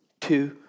two